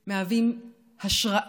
הם מהווים השראה